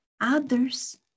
Others